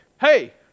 hey